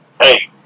Hey